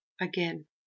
again